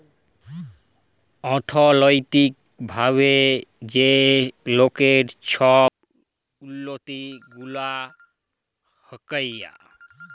অথ্থলৈতিক ভাবে যে লকের ছব উল্লতি গুলা হ্যয়